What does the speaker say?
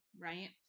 right